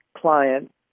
client